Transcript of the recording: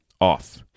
off